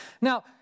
Now